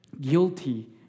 guilty